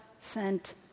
sent